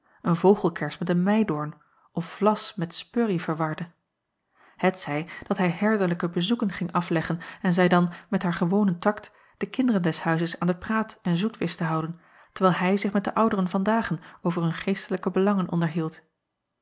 een vogelkers met een meidoorn of vlas met spurrie verwarde t zij dat hij herderlijke bezoeken ging afleggen en zij dan met haar gewonen takt de kinderen des huizes aan de praat en zoet wist te houden terwijl hij zich met de ouderen van dagen over hun geestelijke belangen onderhield